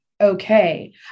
okay